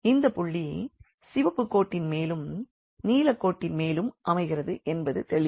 இந்தப் புள்ளி சிவப்புக் கோட்டின் மேலும் நீலக் கோட்டின் மேலும் அமைகிறது என்பது தெளிவு